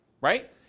right